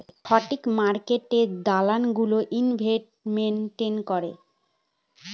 stock মার্কেটে দালাল গুলো ইনভেস্টমেন্ট করে